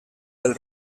del